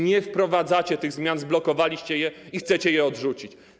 Nie wprowadzacie tych zmian, zblokowaliście je i chcecie je odrzucić.